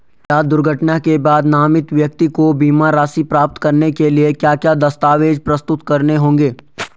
क्या दुर्घटना के बाद नामित व्यक्ति को बीमा राशि प्राप्त करने के लिए क्या क्या दस्तावेज़ प्रस्तुत करने होंगे?